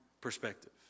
perspective